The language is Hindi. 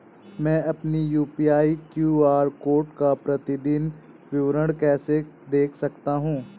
मैं अपनी यू.पी.आई क्यू.आर कोड का प्रतीदीन विवरण कैसे देख सकता हूँ?